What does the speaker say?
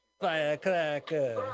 Firecracker